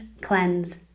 cleanse